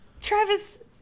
Travis